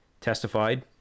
testified